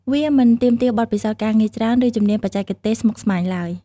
វាមិនទាមទារបទពិសោធន៍ការងារច្រើន ឬជំនាញបច្ចេកទេសស្មុគស្មាញឡើយ។